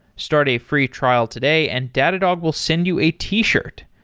start a free trial today and datadog will send you a t-shirt.